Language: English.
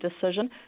decision